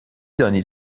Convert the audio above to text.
دانید